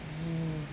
mm